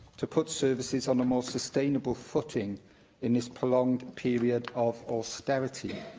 to put services on a more sustainable footing in this prolonged period of austerity.